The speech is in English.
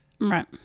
right